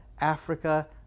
africa